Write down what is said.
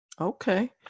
Okay